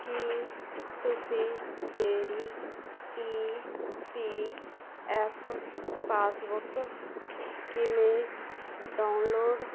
ਕੀ ਤੁਸੀਂ ਮੇਰੀ E P F passbook ਕਿਵੇਂ ਡਾਊਨਲੋਡ